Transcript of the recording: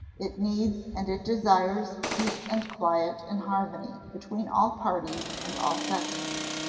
it needs and it desires peace and quiet and harmony between all parties and all sections.